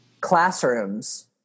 Classrooms